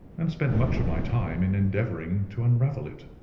and spent much of my time in endeavouring to unravel it.